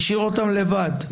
השאיר אותם לבד.